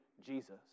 Jesus